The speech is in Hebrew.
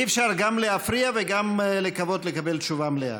אי-אפשר גם להפריע וגם לקוות לקבל תשובה מלאה.